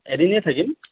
এদিনেই থাকিম